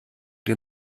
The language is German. den